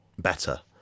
better